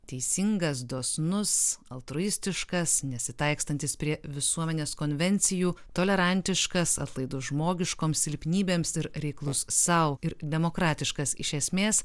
teisingas dosnus altruistiškas nesitaikstantis prie visuomenės konvencijų tolerantiškas atlaidus žmogiškoms silpnybėms ir reiklus sau ir demokratiškas iš esmės